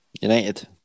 United